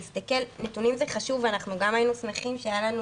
נתונים זה חשוב ואנחנו גם היינו שמחים שהיינו